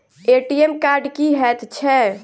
ATM card की हएत छै?